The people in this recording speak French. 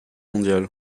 mondiale